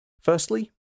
firstly